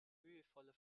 mühevoller